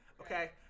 Okay